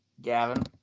gavin